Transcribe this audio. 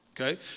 Okay